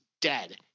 dead